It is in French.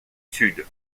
sud